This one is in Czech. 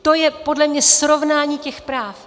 To je podle mě srovnání těch práv.